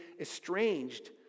estranged